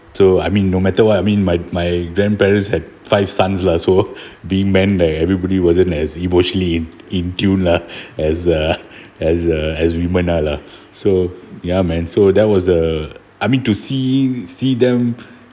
so I mean no matter what I mean my my grandparents had five sons lah so be meant like everybody wasn't as emotionally in in tune lah as uh as uh as women are lah so ya man so that was the I mean to see see them